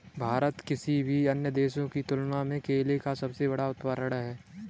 भारत किसी भी अन्य देश की तुलना में केले का सबसे बड़ा उत्पादक है